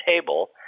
table